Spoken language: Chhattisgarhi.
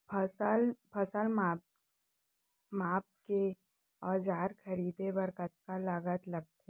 फसल मापके के औज़ार खरीदे बर कतका लागत लगथे?